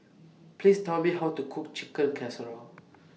Please Tell Me How to Cook Chicken Casserole